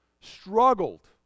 struggled